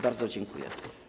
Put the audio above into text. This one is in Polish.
Bardzo dziękuję.